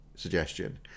Suggestion